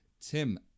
Tim